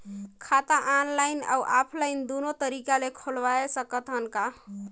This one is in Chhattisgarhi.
खाता ऑनलाइन अउ ऑफलाइन दुनो तरीका ले खोलवाय सकत हन का?